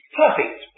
perfect